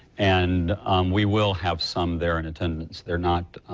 and we will have some there in attendance. they're not